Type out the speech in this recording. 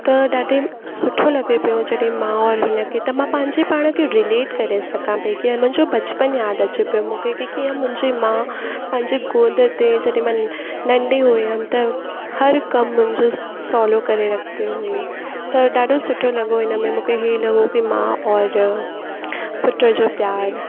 त ॾाढी सुठो लॻे पियो जॾी मा और हुन खे त मां पैंजे पाण खे रिलेट करे सघां पई कि मुंजो बचपन याद अचे पियो मुखे त कीअं मुंजी मा पांजे गोद ते जॾी मां नंढी हुयमि त हर कम मुंहिंजो सवलो करे रखिदी हुई त ॾाढो सुठो लॻो हिनमें मूंखे हीअ लॻो के माउ और पुटु जो प्यार